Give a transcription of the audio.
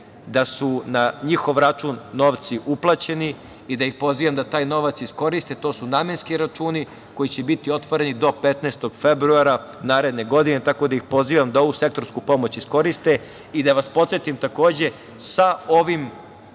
da su na njihov račun novci uplaćeni i da ih pozivam da taj novac iskoriste. To su namenski računi koji će biti otvoreni do 15. februara naredne godine, tako da ih pozivam da ovu sektorsku pomoć iskoriste. Takođe, da vas podsetim, sa ovom